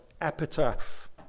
epitaph